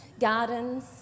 gardens